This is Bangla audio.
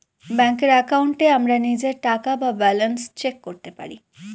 ব্যাঙ্কের একাউন্টে আমরা নিজের টাকা বা ব্যালান্স চেক করতে পারি